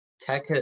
Tech